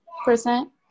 percent